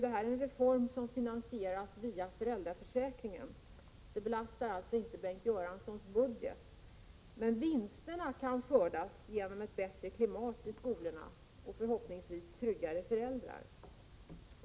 Den här reformen finansieras via föräldraförsäkringen och belastar alltså inte Bengt Göranssons budget. Men vinsterna kan skördas genom ett bättre klimat i skolorna och förhoppningsvis tryggare föräldrar.